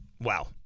Wow